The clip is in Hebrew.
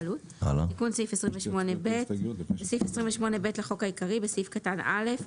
תיקון סעיף23.סעיף 28ב לחוק העיקרי - 28ב בסעיף קטן (א),